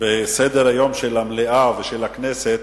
בסדר-היום של המליאה ושל הכנסת